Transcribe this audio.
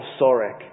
Sorek